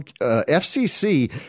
FCC